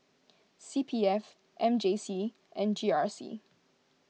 C P F M J C and G R C